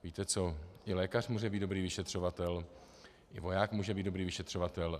Víte co, i lékař může být dobrý vyšetřovatel, i voják může být dobrý vyšetřovatel.